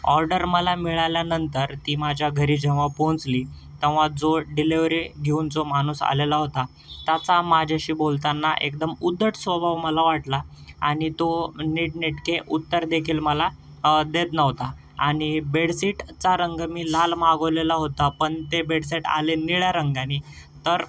order मला मिळाल्यानंतर ती माझ्या घरी जेव्हा पोहचली तेव्हा जो डिलेवरी घेऊन जो माणूस आलेला होता त्याचा माझ्याशी बोलताना एकदम उद्धट स्वभाव मला वाटला आणि तो नीटनेटके उत्तरदेखील मला देत नव्हता आणि बेडसीटचा रंग मी लाल मागवलेला होता पण ते बेडसेट आले निळ्या रंगानी तर